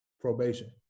probation